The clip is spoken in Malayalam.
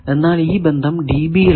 എന്നാൽ ഈ ബന്ധം dB യിൽ ആണ്